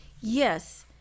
Yes